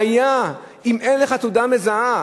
והיה אם אין לך תעודה מזהה,